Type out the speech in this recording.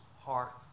heart